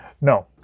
no